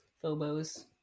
Phobos